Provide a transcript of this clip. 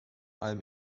allem